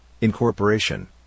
incorporation